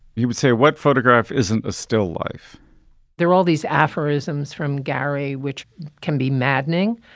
he would say, what photograph isn't a still life there? all these aphorisms from gary, which can be maddening,